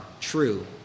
true